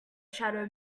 shadow